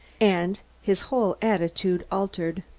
and his whole attitude altered.